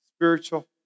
spiritual